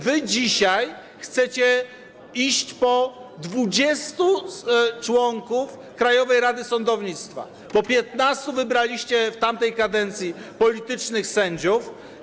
Wy dzisiaj chcecie iść po 20 członków Krajowej Rady Sądownictwa, bo 15 wybraliście w tamtej kadencji politycznych sędziów.